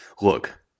look